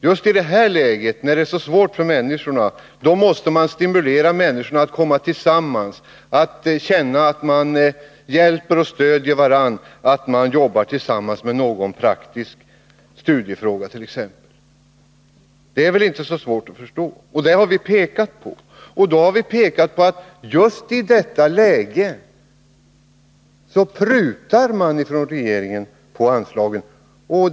Just i ett sådant här läge, när det är så svårt för människorna, måste man stimulera dem att komma tillsammans, så att de kan känna att de hjälper och stöder varandra t.ex. när de jobbar med någon praktisk studiefråga. Detta är väl inte så svårt att förstå. Vi har pekat på att regeringen just i detta läge prutar på anslagen.